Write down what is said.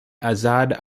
azad